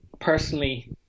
personally